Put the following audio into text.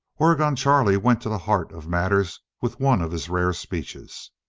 oregon charlie went to the heart of matters with one of his rare speeches